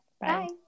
Bye